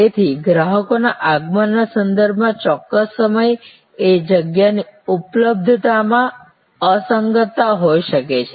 તેથી ગ્રાહકોના આગમનના સંદર્ભમાં ચોક્કસ સમય એ જગ્યાની ઉપલબ્ધતા માં અસંગતતા હોઈ શકે છે